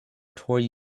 toy